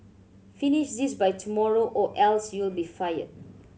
finish this by tomorrow or else you'll be fired